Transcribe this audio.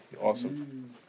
awesome